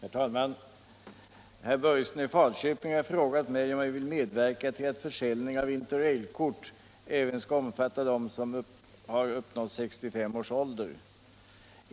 Herr talman! Herr Börjesson i Falköping har frågat mig om jag vill medverka till att försäljning av interrailkort även skall omfatta dem som har uppnått 65 års ålder.